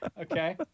okay